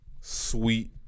Sweet